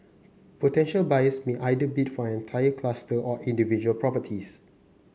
potential buyers may either bid for an entire cluster or individual properties